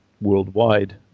worldwide